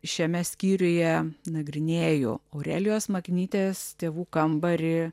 šiame skyriuje nagrinėju aurelijos maknytės tėvų kambarį